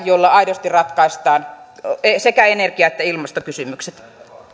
jolla aidosti ratkaistaan sekä energia että ilmastokysymykset